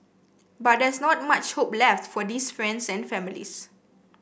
but there's not much hope left for these friends and families